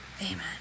Amen